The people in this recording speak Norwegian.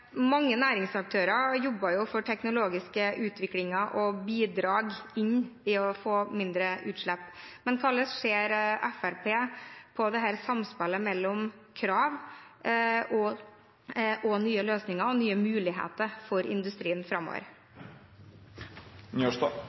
Mange næringsaktører jobber for teknologisk utvikling og bidrag for å få mindre utslipp. Hvordan ser Fremskrittspartiet på samspillet mellom krav, nye løsninger og nye muligheter for industrien